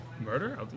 Murder